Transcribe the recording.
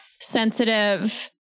sensitive